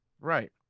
Right